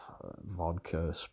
vodka